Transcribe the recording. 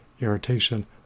irritation